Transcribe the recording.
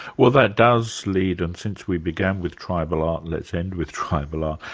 well that does lead, and since we began with tribal art, let's end with tribal art,